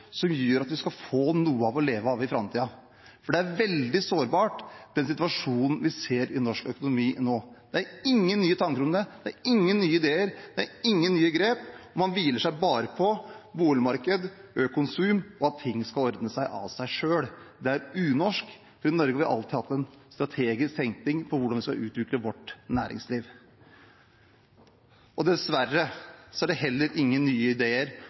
som gjør at vi skal få noe å leve av i framtiden? Den situasjonen vi ser i norsk økonomi nå, er veldig sårbar. Det er ingen nye tanker om det, det er ingen nye ideer, det er ingen nye grep, og man hviler seg bare på boligmarked, økt konsum, og at ting skal ordne seg av seg selv. Det er unorsk, for i Norge har vi alltid hatt en strategisk tenkning om hvordan vi skal utvikle vårt næringsliv. Dessverre er det heller ingen nye ideer